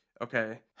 Okay